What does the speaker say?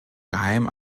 geheimen